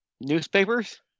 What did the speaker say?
Newspapers